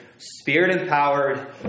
Spirit-empowered